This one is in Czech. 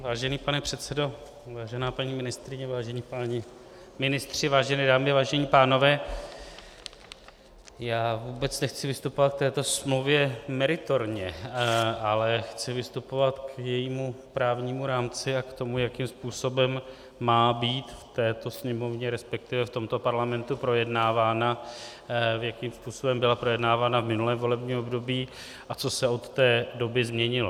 Vážený pane předsedo, vážená paní ministryně, vážení páni ministři, vážené dámy, vážení pánové, já vůbec nechci vystupovat k této smlouvě meritorně, ale chci vystupovat k jejímu právnímu rámci a k tomu, jakým způsobem má být v této Sněmovně, resp. v tomto Parlamentu projednávána, jakým způsobem byla projednávána v minulém volebním období a co se od té doby změnilo.